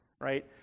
right